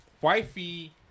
wifey